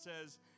says